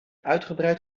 uitgebreid